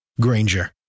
Granger